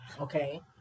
Okay